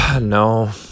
No